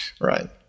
right